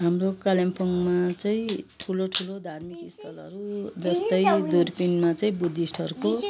हाम्रो कालिम्पोङमा चाहिँ ठुलो ठुलो धार्मिक स्थलहरू जस्तै दुर्पिन चाहिँ बुद्धिस्टहरूको